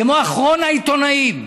כמו אחרון העיתונאים,